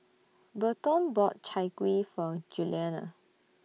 Berton bought Chai Kuih For Giuliana